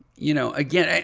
you know, again,